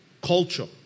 culture